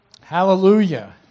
Hallelujah